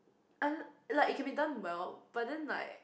I like it can be done well but then like